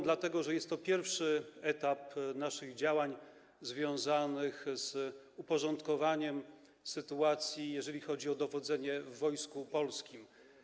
Dlatego że jest to pierwszy etap naszych działań związanych z uporządkowaniem sytuacji, jeżeli chodzi o dowodzenie w Wojsku Polskim.